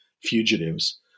fugitives